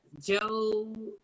joe